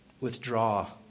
withdraw